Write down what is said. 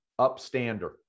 upstander